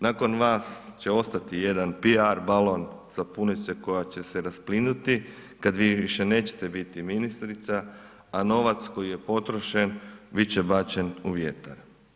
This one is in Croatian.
Nakon vas će ostati jedan PR balon sapunice koja će se rasplinuti kad vi više neće biti ministrica a novac koji je potrošen, bit će bačen u vjetar.